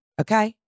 Okay